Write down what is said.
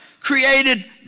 created